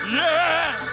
yes